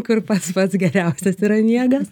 kur pats pats geriausias yra miegas